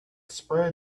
spread